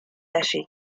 allí